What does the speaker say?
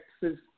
Texas